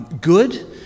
good